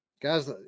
guys